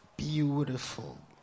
Beautiful